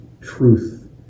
truth